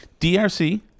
DRC